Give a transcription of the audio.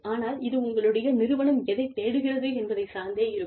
ஆனால் இது உங்களுடைய நிறுவனம் எதைத் தேடுகிறது என்பதைச் சார்ந்தே இருக்கும்